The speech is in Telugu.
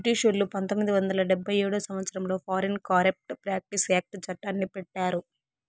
బ్రిటిషోల్లు పంతొమ్మిది వందల డెబ్భై ఏడవ సంవచ్చరంలో ఫారిన్ కరేప్ట్ ప్రాక్టీస్ యాక్ట్ చట్టాన్ని పెట్టారు